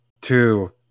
two